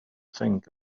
think